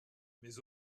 mais